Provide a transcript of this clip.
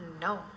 no